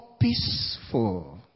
peaceful